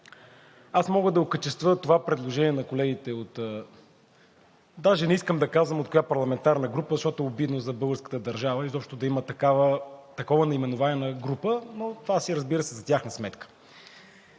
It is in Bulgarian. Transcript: аз мога да окачествя това предложение на колегите от – даже не искам да казвам от коя парламентарна група, защото е обидно за българската държава изобщо да има такова наименование на група, но това, разбира се, е за тяхна сметка.